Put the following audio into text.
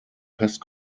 pest